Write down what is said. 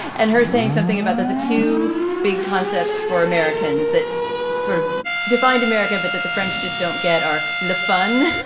and her saying something about the two big concepts for americans that sort of defined america but that the french just don't get our le fun